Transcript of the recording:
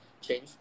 change